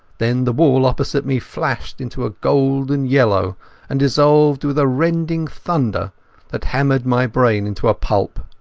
then the wall opposite me flashed into a golden yellow and dissolved with a rending thunder that hammered my brain into a pulp.